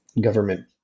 government